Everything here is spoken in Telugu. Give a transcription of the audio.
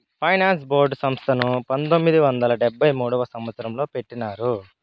ఫైనాన్స్ బోర్డు సంస్థను పంతొమ్మిది వందల డెబ్భై మూడవ సంవచ్చరంలో పెట్టినారు